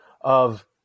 of-